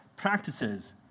Practices